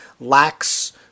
lacks